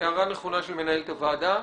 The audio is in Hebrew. הערה נכונה של מנהלת הוועדה.